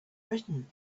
written